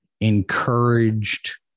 encouraged